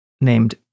named